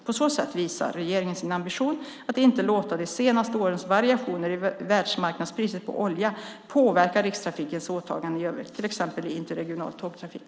På så sätt visar regeringen sin ambition att inte låta de senaste årens variationer i världsmarknadspriset på olja påverka Rikstrafikens åtaganden i övrigt, till exempel i interregional tågtrafik.